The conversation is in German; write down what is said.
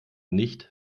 nicht